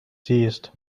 seized